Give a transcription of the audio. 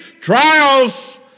trials